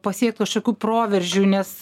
pasiekt kažkokių proveržių nes